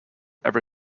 ever